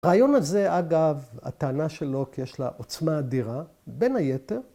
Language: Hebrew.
‫הרעיון הזה, אגב, הטענה של לוק ‫יש לה עוצמה אדירה, בין היתר